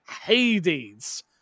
hades